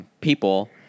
people